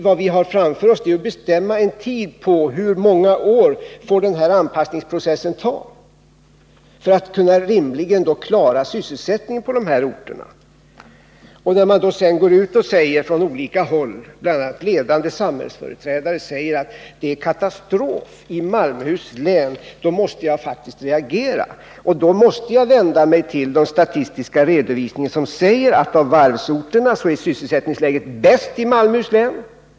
Vad vi har framför oss är att bestämma en tid — hur många år anpassningsprocessen får ta — för att vi rimligen skall kunna klara sysselsättningen på de här orterna. När det då hävdas från olika håll — bl.a. av ledande samhällsföreträdare — att det är katastrof i Malmöhus län måste jag faktiskt reagera och gå till den statistiska redovisningen. Den säger att när det gäller varvsorterna är sysselsättningsläget bäst i Malmöhus län.